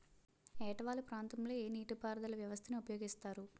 ఏట వాలు ప్రాంతం లొ ఏ నీటిపారుదల వ్యవస్థ ని ఉపయోగిస్తారు?